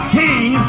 king